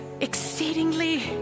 exceedingly